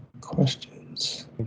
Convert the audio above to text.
questions